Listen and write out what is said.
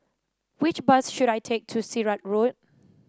which bus should I take to Sirat Road